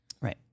Right